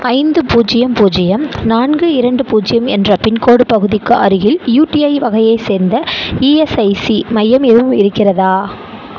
ஐந்து பூஜ்யம் பூஜ்யம் நான்கு இரண்டு பூஜ்யம் என்ற பின்கோடு பகுதிக்கு அருகில் யூடிஐ வகையை சேர்ந்த இஎஸ்ஐசி மையம் எதுவும் இருக்கிறதா